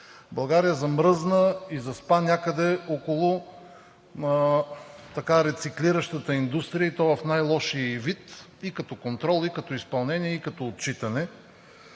България замръзна и заспа някъде около рециклиращата индустрия, и то в най-лошия ѝ вид – и като контрол, и като изпълнение, и като отчитане.